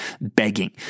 begging